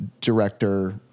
director